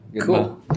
Cool